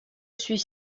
suis